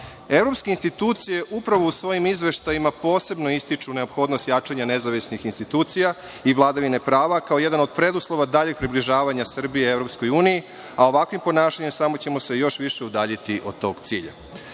Vlade. Evropske institucije upravo u svojim izveštajima posebno ističu neophodnost jačanja nezavisnih institucija i vladavine prava, kao jedan od preduslova daljeg približavanja Srbije EU, a ovakvim ponašanjem samo ćemo se još više udaljiti od tog cilja. Zakon